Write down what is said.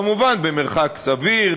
כמובן במרחק סביר,